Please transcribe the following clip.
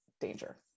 danger